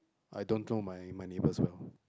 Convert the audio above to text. I don't know my neighbours well